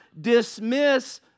dismiss